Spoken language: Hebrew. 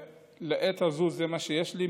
לעת הזאת, זה מה שיש לי.